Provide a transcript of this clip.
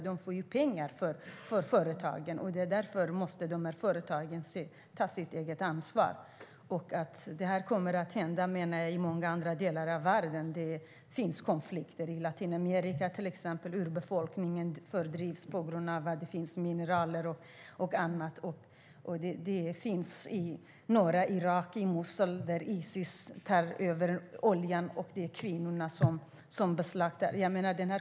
De får pengar från företagen, och företagen måste därför ta sitt ansvar. Det finns konflikter också i många andra delar av världen. I Latinamerika fördrivs urbefolkningen på grund av mineraler och annat. I norra Irak, i Mosul, finns Isis som tar över oljan, och de slaktar kvinnorna.